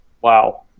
Wow